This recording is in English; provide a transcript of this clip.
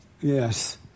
Yes